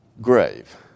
grave